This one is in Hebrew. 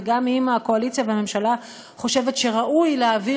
וגם אם הקואליציה והממשלה חושבת שראוי להעביר